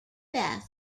beth